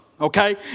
Okay